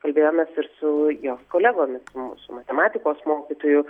kalbėjomės ir su jos kolegomis su su matematikos mokytoju